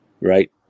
right